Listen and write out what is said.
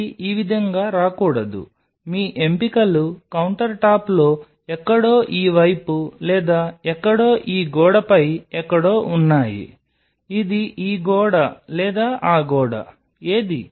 ఇది ఈ విధంగా రాకూడదు మీ ఎంపికలు ఈ కౌంటర్టాప్లో ఎక్కడో ఈ వైపు లేదా ఎక్కడో ఈ గోడపై ఎక్కడో ఉన్నాయి ఇది ఈ గోడ లేదా ఆ గోడ ఏది